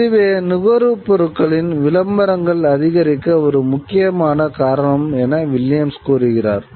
இதுவே நுகர்வுப் பொருட்களின் விளம்பரங்கள் அதிகரிக்க ஒரு முக்கியமான காரணம் என வில்லியம்ஸ் கூறுகிறார்